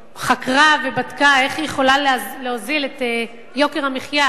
חקרה ובדקה איך היא יכולה להוזיל את יוקר המחיה,